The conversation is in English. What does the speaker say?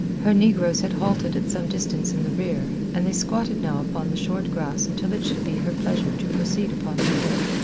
her negroes had halted at some distance in the rear, and they squatted now upon the short grass until it should be her pleasure to proceed upon her way.